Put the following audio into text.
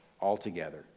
altogether